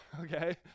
okay